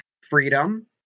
freedom